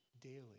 daily